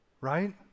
right